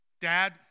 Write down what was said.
dad